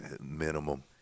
minimum